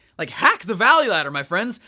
like hack the value ladder, my friends.